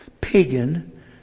pagan